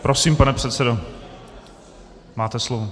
Prosím, pane předsedo, máte slovo.